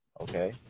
okay